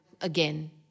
Again